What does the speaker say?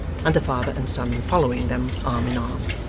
and the father and son following them, arm in arm.